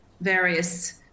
various